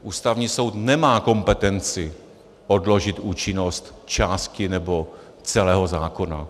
Ústavní soud nemá kompetenci odložit účinnost části nebo celého zákona.